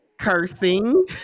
Cursing